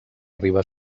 riba